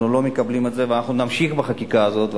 אנחנו לא מקבלים את זה ואנחנו נמשיך בחקיקה הזאת.